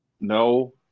No